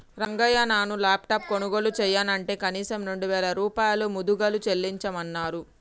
రంగయ్య నాను లాప్టాప్ కొనుగోలు చెయ్యనంటే కనీసం రెండు వేల రూపాయలు ముదుగలు చెల్లించమన్నరు